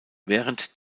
während